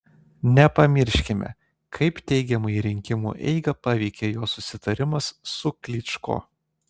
nepamirškime kaip teigiamai rinkimų eigą paveikė jo susitarimas su klyčko